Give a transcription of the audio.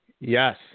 yes